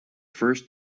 first